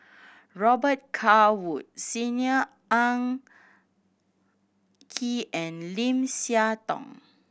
Robet Carr Wood Senior Ang Kee and Lim Siah Tong